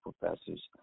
professors